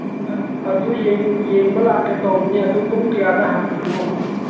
ꯑꯗꯨ ꯌꯦꯡꯕ ꯂꯥꯛꯀꯦ ꯇꯧꯕꯅꯤ ꯑꯗꯨ ꯄꯨꯡ ꯀꯌꯥꯗ ꯍꯥꯡꯕꯅꯣ